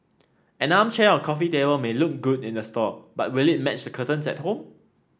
an armchair or coffee table may look good in the store but will it match the curtains at home